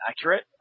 accurate